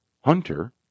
hunter